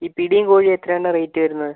ഈ പിടിയും കോഴിയും എത്രയാണ് റേറ്റ് വരുന്നത്